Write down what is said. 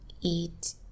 eat